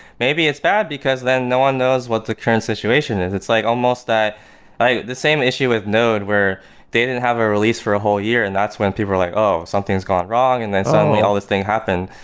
maybe it's bad because then no one knows what the current situation is. it's like almost that the same issue with node, where they didn't have a release for a whole year and that's when people are like, oh, something's gone wrong, and then suddenly all this thing happened.